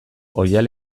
oihal